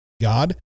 God